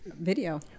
Video